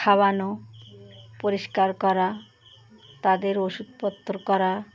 খাওয়ানো পরিষ্কার করা তাদের ওষুধপত্র করা